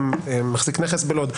וגם מחזיק נכס בלוד,